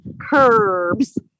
curbs